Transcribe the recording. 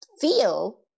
feel